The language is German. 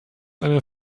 eine